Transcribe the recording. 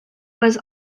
was